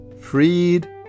freed